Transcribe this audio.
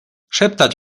szeptać